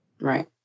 Right